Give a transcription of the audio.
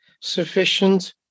sufficient